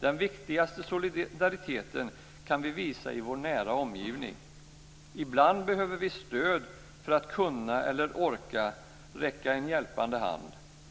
Den viktigaste solidariteten kan vi visa i vår nära omgivning. Ibland behöver vi stöd för att kunna eller orka räcka en hjälpande hand.